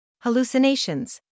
hallucinations